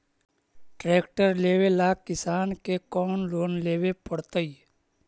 Tractor लेवेला किसान के कौन लोन लेवे पड़तई?